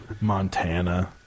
Montana